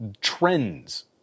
Trends